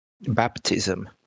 baptism